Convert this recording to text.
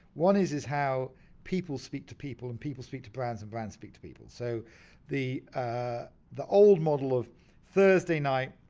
one is is how people speak to people and people speak to brands and brands speak to people. so the ah the old model of thursday night,